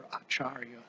Acharya